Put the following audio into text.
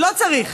לא צריך.